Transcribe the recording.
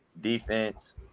Defense